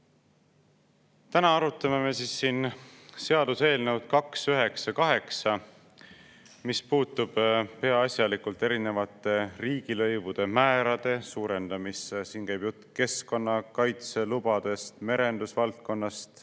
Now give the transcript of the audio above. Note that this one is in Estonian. Täna arutame me siin seaduseelnõu 298, mis puudutab peaasjalikult erinevate riigilõivude määrade suurendamist. Siin käib jutt keskkonnakaitselubadest, merendusvaldkonnast,